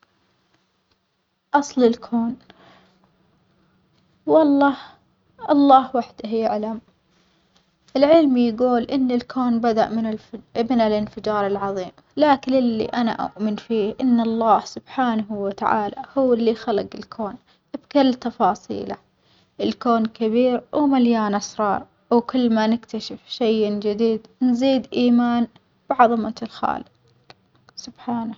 أصل الكون والله الله وحده يعلم، العلم يجول إن الكون بدأ من الف من الإنفجار العظيم، لكن اللي أنا أؤمن فيه إن الله سبحانه وتعالى هو اللي خلج الكون بكل تفاصيله، الكون كبير ومليان أسرار وكل ما نكتشف شيٍ جديد نزيد إيمان بعظمة الخالق، سبحانه.